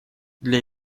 для